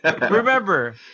remember